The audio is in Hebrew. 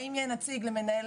אנחנו מסכימים שקיים